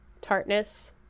tartness